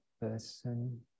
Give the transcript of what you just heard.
person